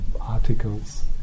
articles